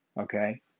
okay